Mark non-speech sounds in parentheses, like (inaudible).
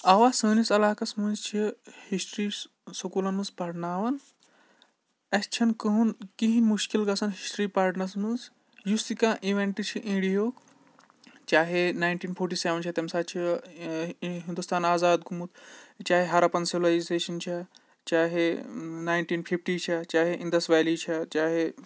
اَوا سٲنِس علاقَس منٛز چھِ ہِسٹِرٛی سکوٗلَن منٛز پَرناوان اَسہِ چھَنہٕ (unintelligible) کِہیٖنۍ مُشکِل گَژھان ہِسٹِرٛی پَرنَس منٛز یُس تہِ کانٛہہ اِوٮ۪نٛٹ چھِ اِنٛڈیہُک چاہے نایِنٹیٖن فوٚٹی سٮ۪وَن چھےٚ تَمہِ ساتہٕ چھِ ہِنٛدوستان آزاد گوٚمُت چاہے ہَرَپَن سِولایزیشَن چھےٚ چاہے ناینٹیٖن فِفٹی چھےٚ چاہے اِندَس ویلی چھےٚ چاہے